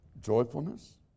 joyfulness